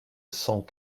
cent